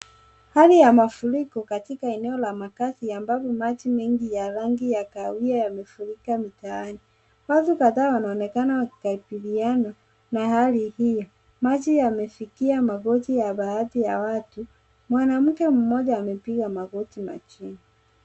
Hali ya mafuriko katika eneo la makaazi ambapo maji mengi ya rangi ya kahawia yamefurika mtaani. Watu kadhaa wanaonekana wakikabiliana na hali hio. Maji yamefikia magoti ya baadhi ya watu. Mwanamke mmoja amepiga magoti majini.